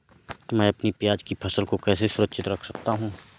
मैं अपनी प्याज की फसल को कैसे सुरक्षित रख सकता हूँ?